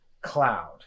cloud